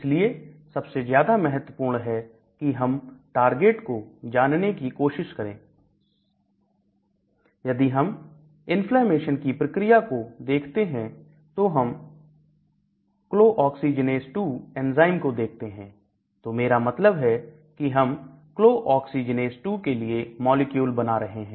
इसलिए सबसे ज्यादा महत्वपूर्ण है कि हम टारगेट को जानने की आवश्यकता है यदि हम इन्फ्लेमेशन की प्रक्रिया को देखते हैं तो हम clooxygenase 2 एंजाइम को देखते हैं तो मेरा मतलब है कि हम clooxygenase 2 के लिए मॉलिक्यूल बना रहे हैं